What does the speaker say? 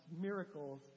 miracles